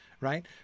right